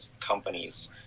companies